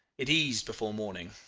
it eased before morning,